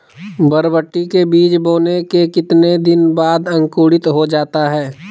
बरबटी के बीज बोने के कितने दिन बाद अंकुरित हो जाता है?